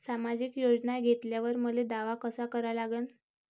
सामाजिक योजना घेतल्यावर मले दावा कसा करा लागन?